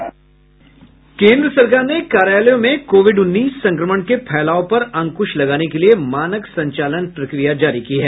केंद्र सरकार ने कार्यालयों में कोविड उन्नीस संक्रमण के फैलाव पर अंकुश लगाने के लिए मानक संचालन प्रक्रिया जारी की है